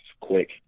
quick